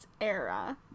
era